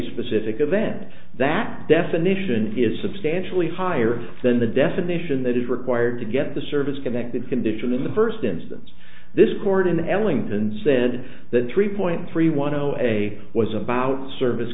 specific event that definition is substantially higher than the definition that is required to get the service connected condition in the first instance this court in ellington said that three point three one zero as a was about service